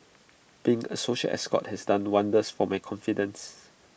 being A social escort has done wonders for my confidence